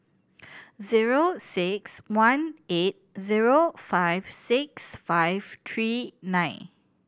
zero six one eight zero five six five three nine